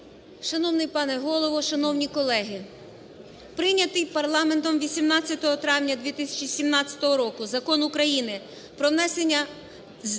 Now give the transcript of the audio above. Шановний пане Голово, шановні колеги! Прийнятий парламентом 18 травня 2017 року Закон України "Про внесення змін